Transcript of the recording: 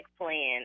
plan